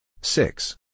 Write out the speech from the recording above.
six